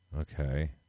Okay